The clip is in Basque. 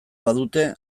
badute